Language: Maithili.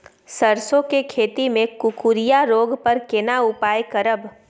सरसो के खेती मे कुकुरिया रोग पर केना उपाय करब?